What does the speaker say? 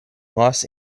los